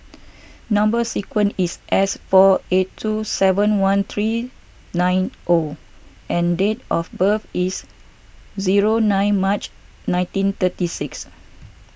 Number Sequence is S four eight two seven one three nine O and date of birth is zero nine March nineteen thirty six